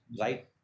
right